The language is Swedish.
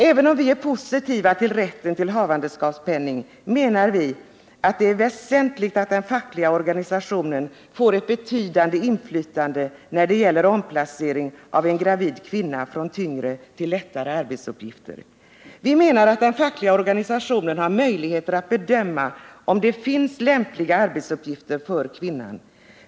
Även om viär positiva till rätten till havandeskapspenning, menar vi att det är väsentligt att den fackliga organisationen får ett betydande inflytande när det gäller omplacering av en gravid kvinna från tyngre till lättare arbetsuppgifter. Vi menar att den fackliga organisationen har möjligheter att bedöma om det finns lämpliga arbetsuppgifter för kvinnan.